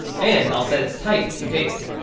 and i'll set it's type to date.